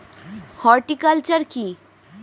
Horticulture কি?